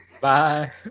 Bye